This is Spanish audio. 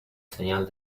señal